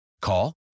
Call